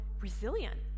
resilient